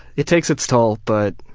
it takes its toll, but